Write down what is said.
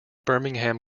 birmingham